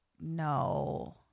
no